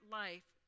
life